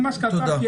ממש קצר.